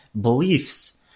beliefs